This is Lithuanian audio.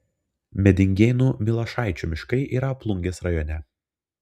medingėnų milašaičių miškai yra plungės rajone